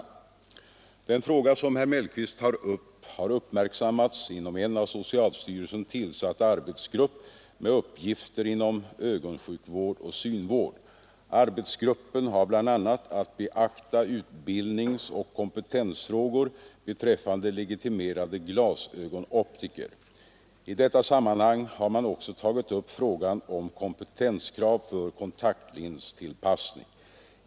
Den fråga som herr Mellqvist tar upp har uppmärksammats inom en av socialstyrelsen tillsatt arbetsgrupp med uppgifter inom ögonsjukvård och synvård. Arbetsgruppen har bl.a. att beakta utbildningsoch kompetensfrågor beträffande legitimerade glasögonoptiker. I detta sammanhang har man också tagit upp frågan om kompetenskrav för kontaktlinstillpassning.